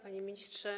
Panie Ministrze!